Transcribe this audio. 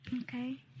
Okay